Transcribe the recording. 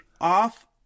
off